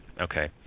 Okay